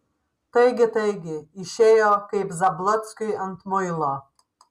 taigi taigi išėjo kaip zablockiui ant muilo